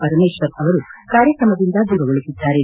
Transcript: ಪರಮೇಶ್ವರ್ ಅವರು ಕಾರ್ಯಕ್ರಮದಿಂದ ದೂರ ಉಳಿದಿದ್ದಾರೆ